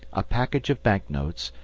a package of banknotes,